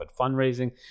Fundraising